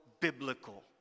biblical